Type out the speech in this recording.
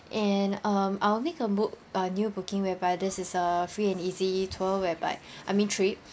and um I'll make a book a new booking whereby this is a free and easy tour whereby I mean trip